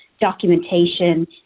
documentation